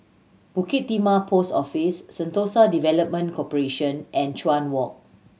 Bukit Timah Post Office Sentosa Development Corporation and Chuan Walk